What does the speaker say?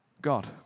God